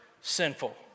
sinful